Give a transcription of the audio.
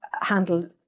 handle